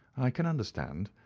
i can understand.